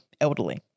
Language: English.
elderly